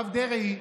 הרב דרעי,